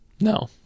No